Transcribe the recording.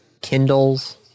Kindles